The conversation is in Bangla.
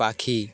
পাখি